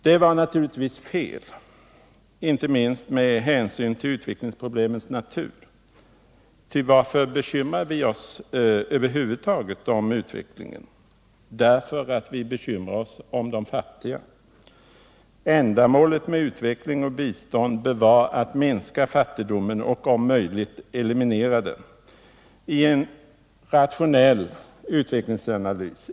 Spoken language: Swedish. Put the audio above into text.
Det var naturligtvis fel, inte minst med hänsyn till utvecklingsproblemens natur. Ty varför bekymrar vi oss över huvud taget om utvecklingen? Jo, därför att vi bekymrar oss om de fattiga. Ändamålet med utveckling och bistånd bör vara att minska fattigdomen och, om möjligt, eliminera den.